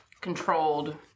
controlled